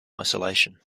isolation